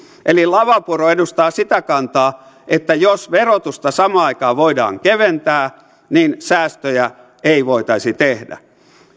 eli lavapuro edustaa sitä kantaa että jos verotusta samaan aikaan voidaan keventää niin säästöjä ei voitaisi tehdä